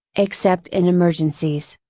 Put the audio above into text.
except in emergencies.